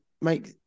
make